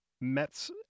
Mets